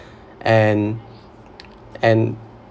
and and